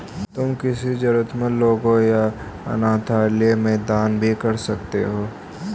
तुम किसी जरूरतमन्द लोगों या अनाथालय में दान भी कर सकते हो